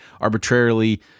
arbitrarily